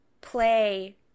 play